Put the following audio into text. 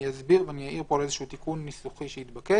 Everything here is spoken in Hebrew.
אני אסביר ואני אעיר פה על תיקון ניסוחי שהתבקש.